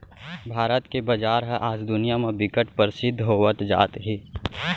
भारत के बजार ह आज दुनिया म बिकट परसिद्ध होवत जात हे